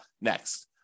next